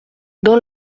dans